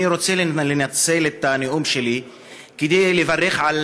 אני רוצה לנצל את הנאום שלי כדי לברך על